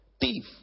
Thief